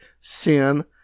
sin